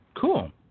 Cool